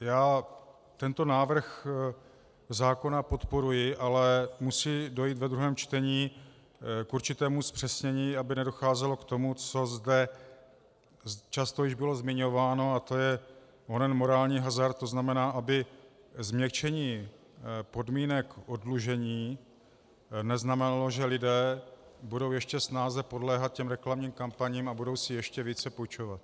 Já tento návrh zákona podporuji, ale musí dojít ve druhém čtení k určitému zpřesnění, aby nedocházelo k tomu, co zde již často bylo zmiňováno, a to je onen morální hazard, to znamená, aby změkčení podmínek oddlužení neznamenalo, že lidé budou ještě snáze podléhat těm reklamním kampaním a budou si ještě více půjčovat.